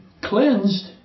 cleansed